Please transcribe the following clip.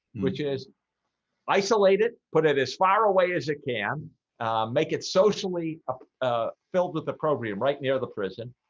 which is isolated put it as far away as it can make it socially ah ah filled with the program right near the prison